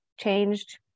changed